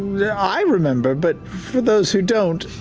yeah i remember, but for those who don't,